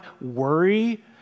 worry